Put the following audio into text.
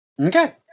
Okay